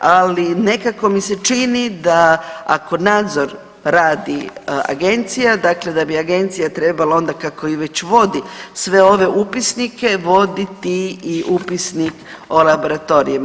Ali nekako mi se čini da ako nadzor radi Agencija dakle da bi Agencija trebala onda kako i već vodi sve ove upisnike, voditi i upisnik o laboratorijima.